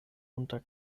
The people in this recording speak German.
unter